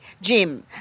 Jim